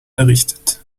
errichtet